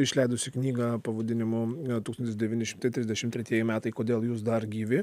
išleidusi knygą pavadinimu tūkstantis devyni šimtai trisdešim tretieji metai kodėl jūs dar gyvi